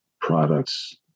products